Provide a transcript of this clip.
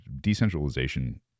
decentralization